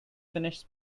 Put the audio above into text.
finished